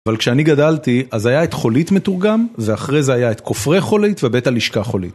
אבל כשאני גדלתי אז היה את חולית מתורגם ואחרי זה היה את כופרי חולית, ובית הלשכה חולית.